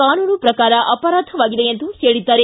ಕಾನೂನು ಪ್ರಕಾರ ಅಪರಾಧವಾಗಿದೆ ಎಂದು ಹೇಳಿದ್ದಾರೆ